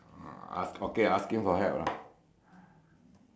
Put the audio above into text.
bird or bird bird or what put bird lah general lah